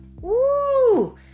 Woo